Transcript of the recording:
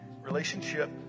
Relationship